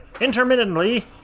Intermittently